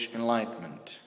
enlightenment